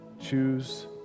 choose